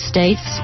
States